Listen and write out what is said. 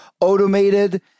automated